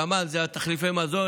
תמ"ל זה תחליפי המזון,